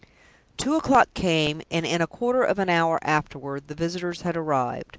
two o'clock came and in a quarter of an hour afterward the visitors had arrived.